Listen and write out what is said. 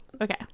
Okay